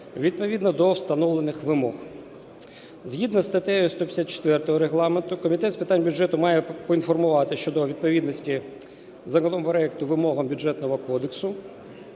відповідно до встановлених вимог. Згідно зі статтею 154 Регламенту Комітет з питань бюджету має поінформувати щодо відповідності законопроекту вимогам Бюджетного кодексу.